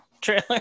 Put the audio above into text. trailer